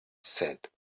set